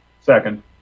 Second